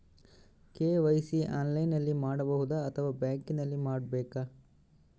KYC ಆನ್ಲೈನಲ್ಲಿ ಮಾಡಬಹುದಾ ಅಥವಾ ಬ್ಯಾಂಕಿನಲ್ಲಿ ಮಾಡ್ಬೇಕಾ?